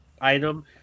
item